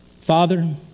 Father